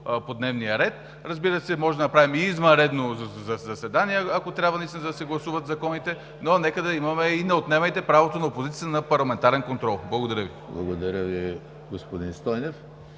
по дневния ред. Разбира се, можем да направим и извънредно заседание, ако трябва да се гласуват законите, но нека да имаме. И не отнемайте правото на опозицията на парламентарен контрол! Благодаря Ви. ПРЕДСЕДАТЕЛ ЕМИЛ ХРИСТОВ: Благодаря Ви, господин Стойнев.